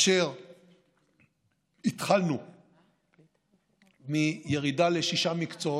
התחלנו מירידה לשישה מקצועות,